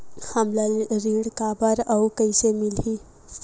हमला ऋण काबर अउ कइसे मिलही?